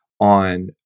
on